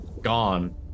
gone